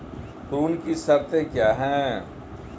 ऋण की शर्तें क्या हैं?